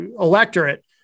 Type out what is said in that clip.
electorate